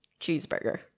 cheeseburger